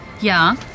Ja